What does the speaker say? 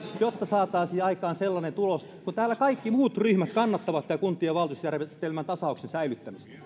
jotta saataisiin aikaan sellainen tulos koska täällä muut ryhmät kannattavat tätä kuntien valtionosuusjärjestelmän tasauksen säilyttämistä arvoisa